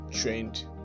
trained